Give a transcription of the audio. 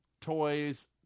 toys